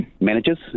managers